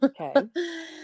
Okay